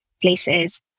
places